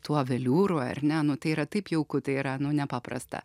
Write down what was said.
tuo veliūru ar ne nu tai yra taip jauku tai yra nu nepaprasta